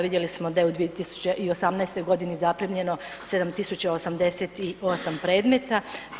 Vidjeli smo da je u 2018. godini zaprimljeno 7.088 predmeta.